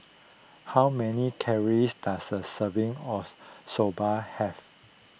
how many calories does a serving of Soba have